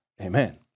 Amen